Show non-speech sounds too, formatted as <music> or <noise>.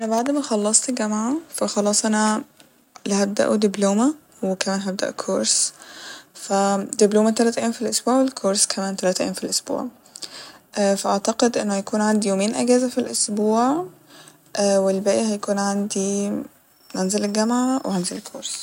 أنا بعد ما خلصت الجامعة ف خلاص أنا <hesitation> يا هبدأه دبلومة وكمان هبدأ كورس ف دبلومة تلت أيام ف الأسبوع و الكورس كمان تلت أيام ف الاسبوع <hesitation> فأعتقد إنه يكون عندي يومين أجازة ف الاسبوع و <hesitation> الباقي هيكون عندي هنزل الجامعة وهنزل الكورس